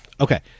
Okay